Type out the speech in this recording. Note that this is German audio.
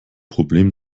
problem